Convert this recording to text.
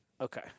Okay